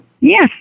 Yes